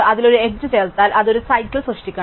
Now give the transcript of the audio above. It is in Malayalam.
അതിൽ ഒരു എഡ്ജ് ചേർത്താൽ അത് ഒരു സൈക്കിൾ സൃഷ്ടിക്കണം